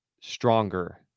stronger